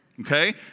okay